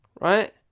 right